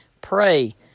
Pray